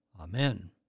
Amen